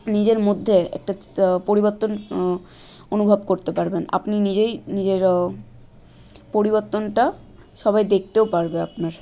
নিজের মধ্যে একটা চেতা পরিবর্তন অনুভব করতে পারবেন আপনি নিজেই নিজের পরিবর্তনটা সবাই দেখতেও পারবে আপনার